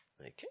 Okay